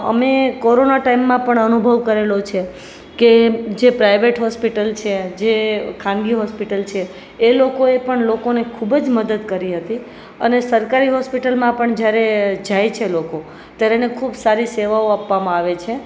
અમે કોરોના ટાઇમમાં પણ અનુભવ કરેલો છે કે જે પ્રાઇવેટ હોસ્પિટલ છે જે ખાનગી હોસ્પિટલ છે એ લોકોએ પણ લોકોને ખૂબ જ મદદ કરી હતી અને સરકારી હોસ્પિટલમાં પણ જ્યારે જાય છે લોકો ત્યારે એને ખૂબ સારી સેવાઓ આપવામાં આવે છે